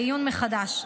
לעיון מחדש.